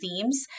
themes